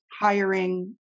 hiring